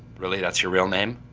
really, that's your real name?